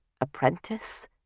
apprentice